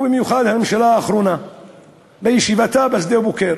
ובמיוחד הממשלה האחרונה בישיבתה בשדה-בוקר,